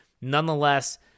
Nonetheless